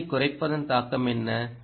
அதிர்வெண்ணைக் குறைப்பதன் தாக்கம் என்ன